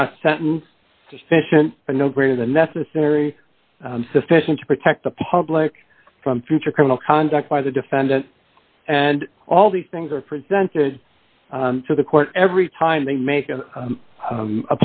but no greater than necessary sufficient to protect the public from future criminal conduct by the defendant and all these things are presented to the court every time they make a